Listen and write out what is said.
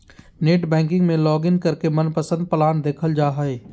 net banking में login करके मनपसंद प्लान देखल जा हय